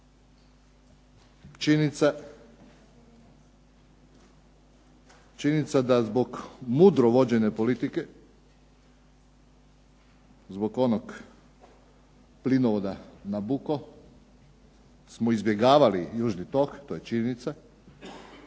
Činjenica da zbog mudro vođene politike zbog onog plinovoda Nabucco smo izbjegavali južni tok to je činjenica